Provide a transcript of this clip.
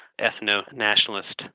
ethno-nationalist